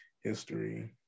History